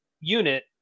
unit